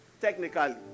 Technically